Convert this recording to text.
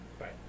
right